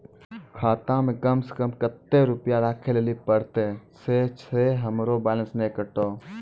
खाता मे कम सें कम कत्ते रुपैया राखै लेली परतै, छै सें हमरो बैलेंस नैन कतो?